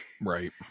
Right